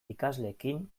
ikasleekin